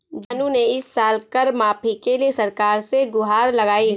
जानू ने इस साल कर माफी के लिए सरकार से गुहार लगाई